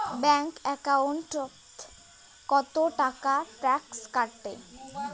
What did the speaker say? Bank একাউন্টত কতো টাকা ট্যাক্স কাটে?